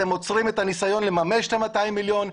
אתם עוצרים את הניסיון לממש את ה-200 מיליון.